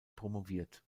promoviert